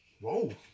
Whoa